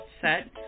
set